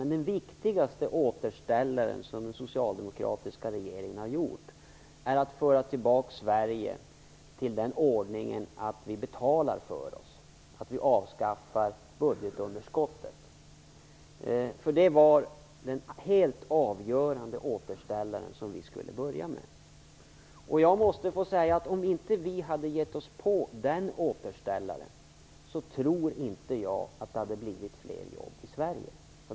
Men den viktigaste återställaren som den socialdemokratiska regeringen har genomfört var att föra tillbaka Sverige till den ordningen att vi betalar för oss, att vi avskaffar budgetunderskottet. Detta var den helt avgörande återställaren som vi hade att börja med. Om vi inte hade tagit itu med den återställaren, tror jag inte att det hade blivit fler jobb i Sverige.